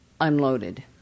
unloaded